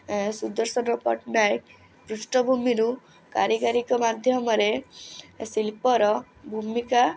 ସୁଦର୍ଶନ ପଟ୍ଟନାୟକ ପୃଷ୍ଠ ଭୂମିରୁ କାରିଗରୀଙ୍କ ମାଧ୍ୟମରେ ଶିଳ୍ପର ଭୂମିକା